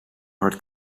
hoort